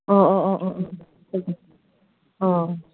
अ अ अ अ अ अ अ